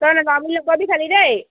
তই নেযাওঁ বুলি নক'বি থালি দেই